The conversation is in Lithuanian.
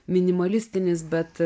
minimalistinis bet